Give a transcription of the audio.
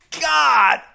God